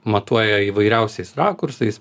matuoja įvairiausiais rakursais